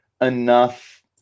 enough